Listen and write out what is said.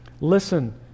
Listen